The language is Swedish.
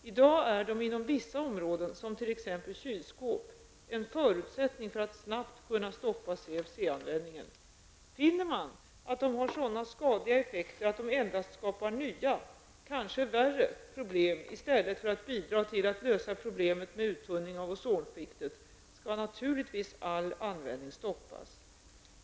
I dag är de inom vissa områden, t.ex. kylskåp, en förutsättning för att snabbt kunna stoppa CFC-användningen. Finner man att de har sådana skadliga effekter att de endast skapar nya, kanske värre, problem i stället för att bidra till att lösa problemet med uttunning av ozonskiktet, skall naturligtvis all användning stoppas.